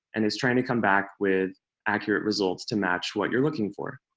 and it's trying to come back with accurate results to match what you're looking for.